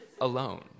alone